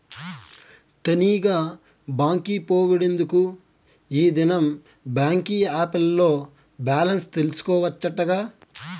తనీగా బాంకి పోవుడెందుకూ, ఈ దినం బాంకీ ఏప్ ల్లో బాలెన్స్ తెల్సుకోవచ్చటగా